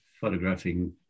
photographing